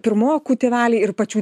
pirmokų tėveliai ir pačių